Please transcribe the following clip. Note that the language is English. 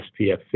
SPF